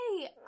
hey